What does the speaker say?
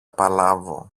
παλάβω